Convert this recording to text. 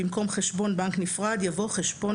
במקום "חשבון בנק נפרד" יבוא "חשבון